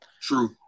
True